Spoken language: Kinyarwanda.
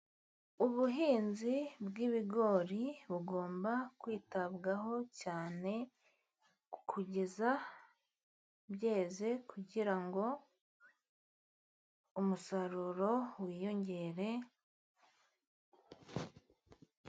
Ubuhinzi bw'ibigori bugomba kwitabwaho cyane kugeza byeze, kugira ngo umusaruro wiyongere.